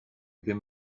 ddim